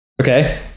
Okay